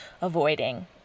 avoiding